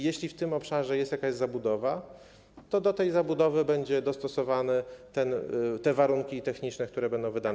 Jeśli w tym obszarze jest jakaś zabudowa, to do tej zabudowy będą dostosowane te warunki techniczne, które będą wydane.